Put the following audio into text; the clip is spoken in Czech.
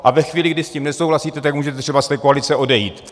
A ve chvíli, kdy s tím nesouhlasíte, tak můžete třeba z té koalice odejít.